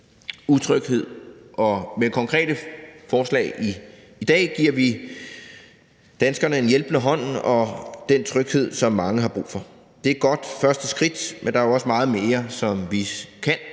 utryghed, og med det konkrete forslag i dag giver vi danskerne en hjælpende hånd og den tryghed, som mange har brug for. Det er et godt første skridt, men der er jo også meget mere, som vi kan